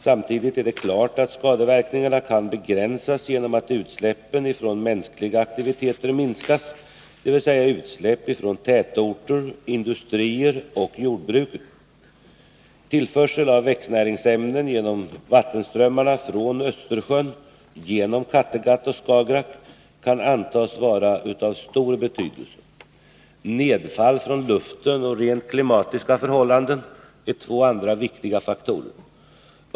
Samtidigt är det klart att skadeverkningarna kan begränsas genom att utsläppen från mänskliga aktiviteter minskas, dvs. utsläpp från tätorter, industrier och jordbruket. Tillförsel av växtnäringsämnen genom vattenströmmarna från Östersjön genom Kattegatt och Skagerack kan antas vara av stor betydelse. Nedfall från luften och rent klimatiska förhållanden är två andra viktiga faktorer.